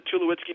Tulowitzki